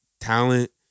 talent